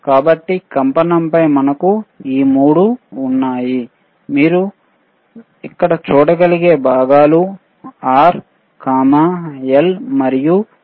కాబట్టి కంపనంపై మనకు ఈ 3 ఉన్నాయి మీరు ఇక్కడ చూడగలిగే భాగాలు R L మరియు C